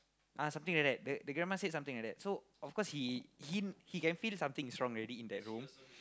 ah something like that the the grandma said something like that so of course he he he can feel something is wrong already in that room